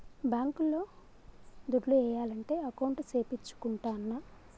bank లో దుడ్లు ఏయాలంటే అకౌంట్ సేపిచ్చుకుంటాన్న